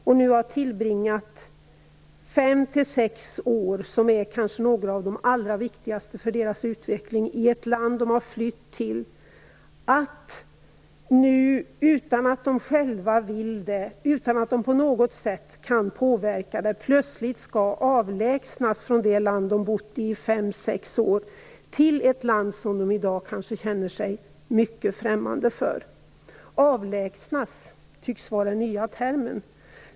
De har nu tillbringat fem sex år i ett land som de har flytt till, år som kanske är de allra viktigaste för deras utveckling. Utan att de själva vill det, utan att de på något sätt kan påverka det skall de nu plötsligt avlägsnas från det land som de bott i under fem sex år till ett land som de i dag kanske känner sig mycket främmande för. Avlägsnas tycks vara den nya termen.